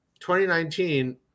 2019